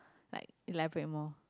like elaborate more